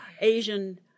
Asian